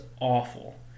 awful